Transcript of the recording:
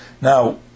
Now